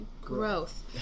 growth